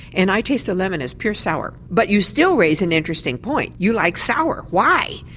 and i taste the lemon as pure sour. but you still raise an interesting point you like sour, why?